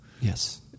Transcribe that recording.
Yes